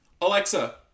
Alexa